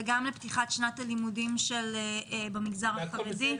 וגם לפתיחת שנת הלימודים במגזר החרדי.